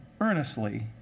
earnestly